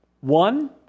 one